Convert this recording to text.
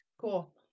Cool